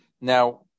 Now